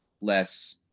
less